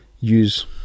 use